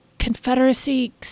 Confederacy